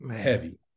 Heavy